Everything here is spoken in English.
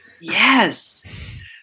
Yes